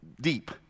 deep